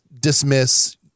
dismiss